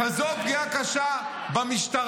כזאת פגיעה קשה במשטרה?